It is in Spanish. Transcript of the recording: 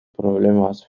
problemas